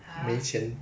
!huh!